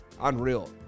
Unreal